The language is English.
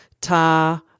ta